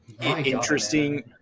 Interesting